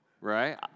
right